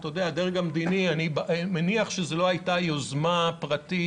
אני מניח שזו לא הייתה יוזמה פרטית,